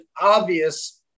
obvious